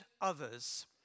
others